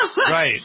Right